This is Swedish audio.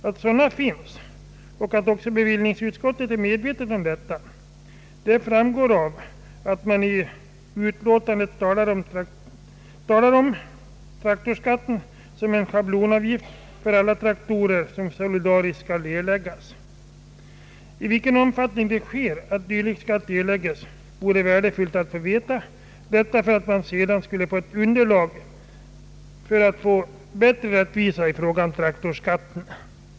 Att sådana finns och att även bevillningsutskottet är medvetet om detta framgår av att man i utlåtandet talar om traktorskatten som en schablonavgift för alla traktorer, vilken solidariskt skall erläggas. Det vore värdefullt att få veta i vilken omfattning dylika traktorer används och skatt erlägges, detta för att få ett underlag för större rättvisa i fråga om traktorskatten.